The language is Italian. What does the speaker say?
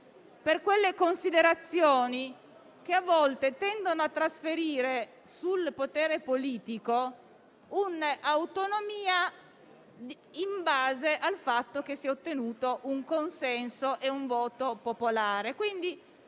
per quelle considerazioni che a volte tendono a trasferire sul potere politico un'autonomia in base al fatto che si è ottenuto un consenso e un voto popolare.